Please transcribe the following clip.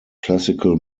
classical